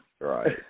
Right